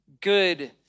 good